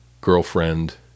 girlfriend